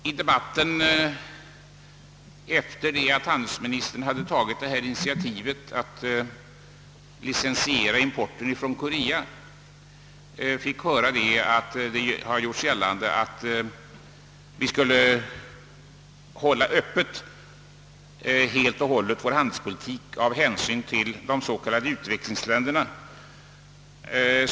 I debatten efter handelsministerns initiativ att införa licenstvång för importen från Korea gjordes gällande att vi borde hålla vår handel helt och hållet öppen av hänsyn till de s.k. utvecklingsländerna.